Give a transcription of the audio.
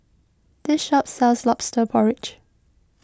this shop sells Lobster Porridge